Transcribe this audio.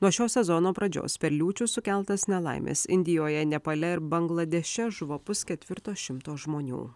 nuo šio sezono pradžios per liūčių sukeltas nelaimes indijoje nepale ir bangladeše žuvo pusketvirto šimto žmonių